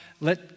let